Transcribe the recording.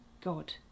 God